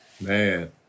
Man